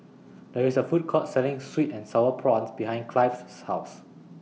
There IS A Food Court Selling Sweet and Sour Prawns behind Clive's House